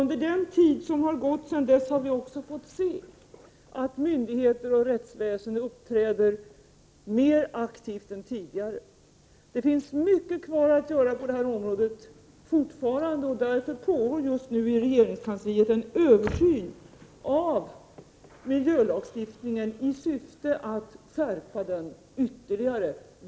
Under den tid som har gått sedan dess har vi också fått se att myndigheter och rättsväsen uppträder mer aktivt än tidigare. Det finns fortfarande mycket kvar att göra på detta område. Därför pågår just nu i regeringskansliet en översyn av miljölagstiftningen i syfte att skärpa den ytterligare.